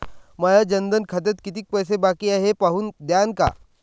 माया जनधन खात्यात कितीक पैसे बाकी हाय हे पाहून द्यान का?